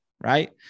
Right